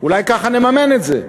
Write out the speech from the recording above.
אולי ככה נממן את זה.